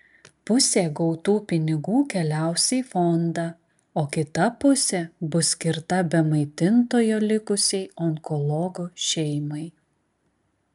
pusė gautų pinigų keliaus į fondą o kita pusė bus skirta be maitintojo likusiai onkologo šeimai